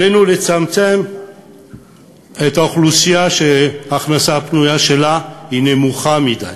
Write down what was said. עלינו לצמצם את האוכלוסייה שההכנסה הפנויה שלה היא נמוכה מדי.